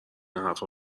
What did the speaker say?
حرفا